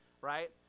right